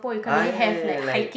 ah ya ya ya like